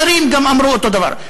גם אחרים אמרו אותו דבר.